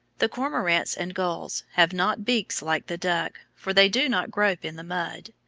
the cormorants and gulls have not beaks like the duck, for they do not grope in the mud.